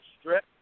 strip